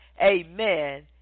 Amen